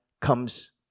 comes